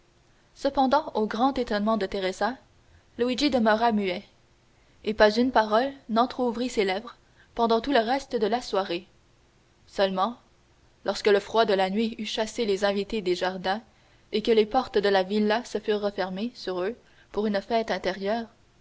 cependant au grand étonnement de teresa luigi demeura muet et pas une parole n'entrouvrit ses lèvres pendant tout le reste de la soirée seulement lorsque le froid de la nuit eut chassé les invités des jardins et que les portes de la villa se furent refermées sur eux pour une fête intérieure